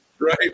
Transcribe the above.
Right